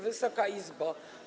Wysoka Izbo!